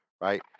Right